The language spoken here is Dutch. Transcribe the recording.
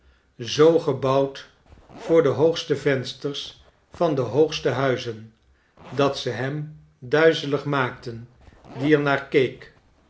zoo gebouwd voor de hoogste vensters van de hoogste huizen dat ze hem duizeligmaakten die er naar keek